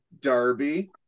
Darby